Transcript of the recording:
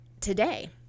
today